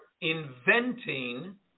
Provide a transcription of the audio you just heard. inventing